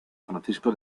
francisco